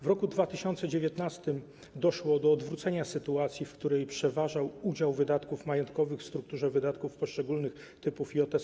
W roku 2019 doszło do odwrócenia sytuacji, w której przeważał udział wydatków majątkowych w strukturze wydatków poszczególnych typów JST.